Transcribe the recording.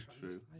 true